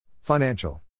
Financial